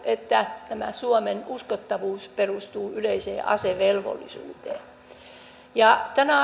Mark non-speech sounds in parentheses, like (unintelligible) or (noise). että tämä suomen uskottavuus perustuu yleiseen asevelvollisuuteen tänä (unintelligible)